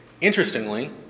interestingly